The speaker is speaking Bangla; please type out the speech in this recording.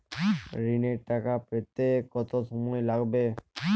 ঋণের টাকা পেতে কত সময় লাগবে?